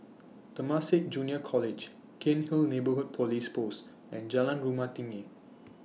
Temasek Junior College Cairnhill Neighbourhood Police Post and Jalan Rumah Tinggi